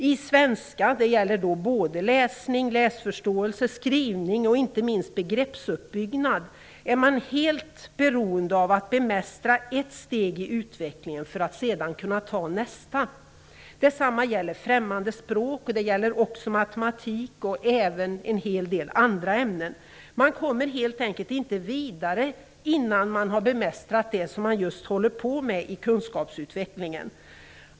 I ämnet svenska, det gäller både läsning, läsförståelse, skrivning och inte minst begreppsuppbyggnad, är man helt beroende av att bemästra ett steg i utvecklingen för att sedan kunna ta nästa steg. Detsamma gäller främmande språk, matematik och även vissa andra ämnen. Man kommer helt enkelt inte vidare innan man bemästrat nästa steg i kunskapsutvecklingen.